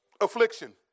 Affliction